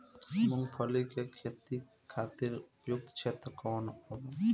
मूँगफली के खेती खातिर उपयुक्त क्षेत्र कौन वा?